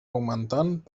augmentant